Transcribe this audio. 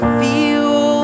feel